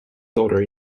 daughter